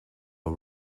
our